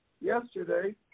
yesterday